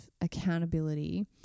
accountability